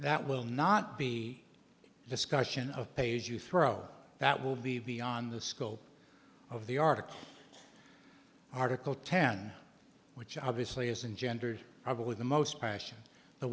that will not be discussion of pages you throw up that will be beyond the scope of the article article ten which obviously isn't gendered probably the most question the